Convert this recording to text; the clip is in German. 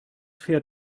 fährt